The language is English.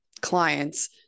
clients